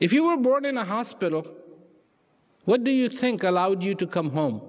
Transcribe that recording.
if you were born in a hospital what do you think allowed you to come home